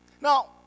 Now